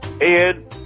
Ian